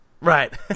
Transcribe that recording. Right